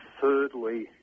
thirdly